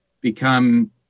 become